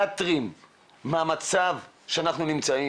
ופסיכיאטריים מהמצב שאנחנו נמצאים.